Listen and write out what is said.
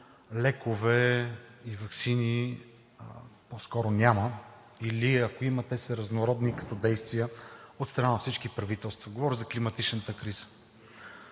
лекове и ваксини по-скоро няма или ако има, те са разнородни като действия от страна на всички правителства. Говоря за климатичната криза.